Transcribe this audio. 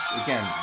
again